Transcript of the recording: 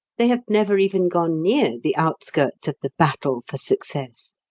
they have never even gone near the outskirts of the battle for success.